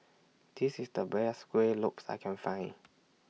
This IS The Best Kueh Lopes that I Can Find